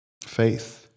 faith